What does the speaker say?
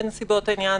בנסיבות העניין,